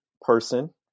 person